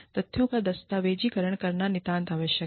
तथ्यों का दस्तावेजीकरण करना नितांत आवश्यक है